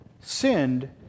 sinned